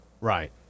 Right